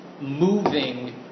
moving